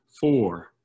four